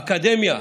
גם האקדמיה